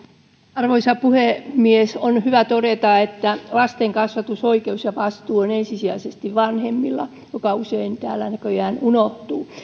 arvoisa puhemies on hyvä todeta että lastenkasvatusoikeus ja vastuu on ensisijaisesti vanhemmilla mikä usein täällä näköjään unohtuu